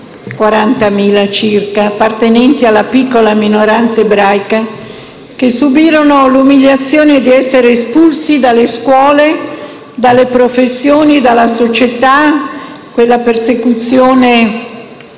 40.000 circa, appartenenti alla piccola minoranza ebraica, che subirono l'umiliazione di essere espulsi dalle scuole, dalle professioni, dalla società, quella persecuzione